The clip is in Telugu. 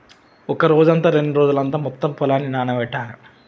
ఒక రోజంతా రెండు రోజులంతా మొత్తం పొలాన్ని నానబెట్టాలి